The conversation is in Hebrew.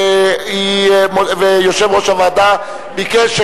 ויושב-ראש הוועדה ביקש,